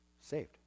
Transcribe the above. saved